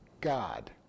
God